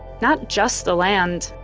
not just the land,